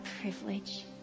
privilege